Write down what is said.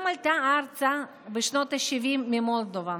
גם היא עלתה ארצה, בשנות השבעים, ממולדובה.